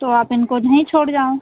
तो आप इनको यहीं छोड़ जाओ